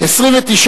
4 נתקבלו.